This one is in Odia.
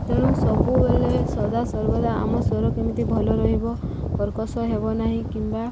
ତେଣୁ ସବୁବେଳେ ସଦା ସର୍ବଦା ଆମ ସ୍ୱର କେମିତି ଭଲ ରହିବ କର୍କସ ହେବ ନାହିଁ କିମ୍ବା